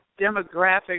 demographic